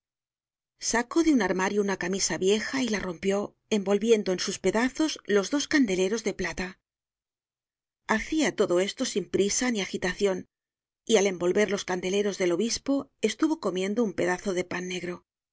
sacó de un armario una camisa vieja y la rompió envolviendo en sus pedazos los dos candeleros de plata hacia todo esto sin prisa ni agitacion y al envolver los candeleros del obispo estuvo comiendo un pedazo de pan negro